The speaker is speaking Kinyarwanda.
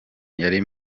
yari